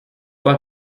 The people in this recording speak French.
pas